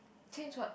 change what